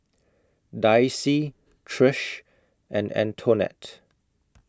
Daisye Trish and Antonette